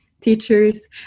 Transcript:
teachers